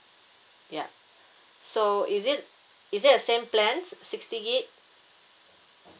yup so is it is it the same plans sixty gig